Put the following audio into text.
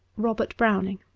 robert browning